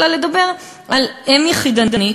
אלא לדבר על אם יחידנית,